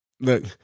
look